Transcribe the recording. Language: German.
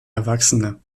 erwachsene